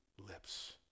lips